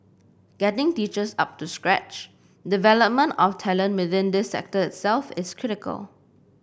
getting teachers up to scratch development of talent within this sector itself is critical